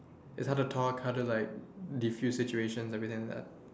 is how to talk how to like defuse situations everything like that